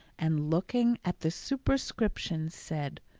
and looking at the superscription, said,